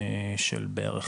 זהו,